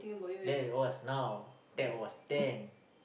that was now that was then